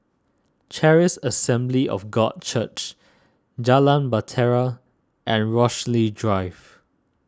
Charis Assembly of God Church Jalan Bahtera and Rochalie Drive